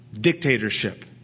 dictatorship